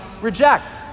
reject